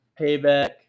Payback